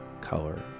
color